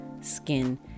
skin